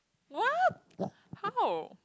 what how